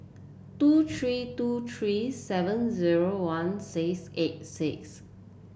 two three two three seven zero one six eight six